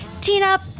Tina